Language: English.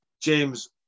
James